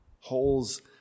Holes